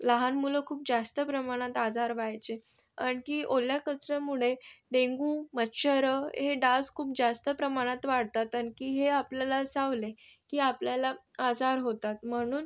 लहान मुलं खूप जास्त प्रमाणात आजार व्हायचे आणखी ओल्या कचऱ्यामुळे डेंग्यू मच्छर हे डास खूप जास्त प्रमाणात वाढतात आणखी हे आपल्याला चावले की आपल्याला आजार होतात म्हणून